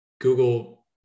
Google